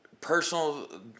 personal